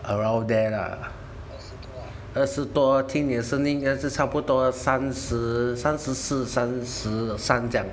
around there lah 二十多听你的声音应该是差不多三十三十四三十三这样